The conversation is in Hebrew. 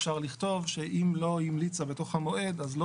אפשר לכתוב שאם לא המליצה בתוך המועד אז לא